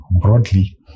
broadly